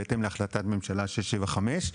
בהתאם להחלטת ממשלה 175,